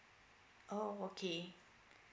oh okay